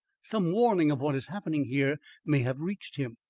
some warning of what is happening here may have reached him,